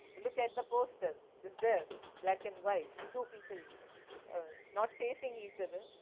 look at the poster is there black and white two people ah not facing each other,